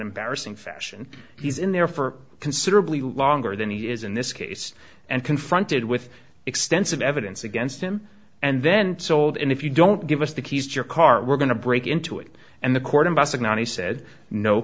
embarrassing fashion he's in there for considerably longer than he is in this case and confronted with extensive evidence against him and then sold and if you don't give us the keys to your car we're going to break into it and the court in boston and he said no